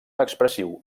expressiu